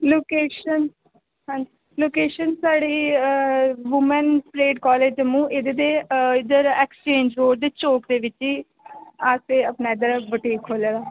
location हां जी location साढ़ी वूमैन परेड कॉलेज जम्मू इद्धर दे इद्धर ऐक्सचेंज रोड दे चौक दे बिच्च ई असें अपना इद्धर बुटीक खोल्ले दा